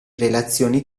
relazioni